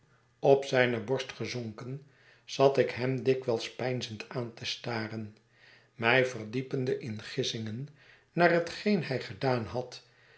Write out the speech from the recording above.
op zijne borst gezonken zat ik hem dikwijls peinzend aan te staren mij verdiepende in gissingen naar hetgeen hij gedaan had